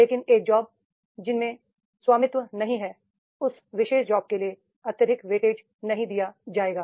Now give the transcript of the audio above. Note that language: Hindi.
लेकिन एक जॉब जिसमें स्वामित्व नहीं है उस विशेष जॉब के लिए अत्यधिक वेटेज नहीं दिया जाएगा